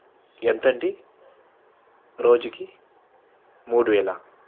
ఎంతండి రోజుకి మూడువేల